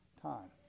time